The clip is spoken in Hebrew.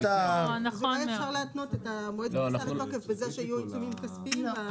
אז אולי אפשר להתנות את מועד הכניסה לתוקף בזה שיהיו עיצומים כספיים.